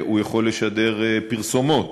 הוא יכול לשדר פרסומות,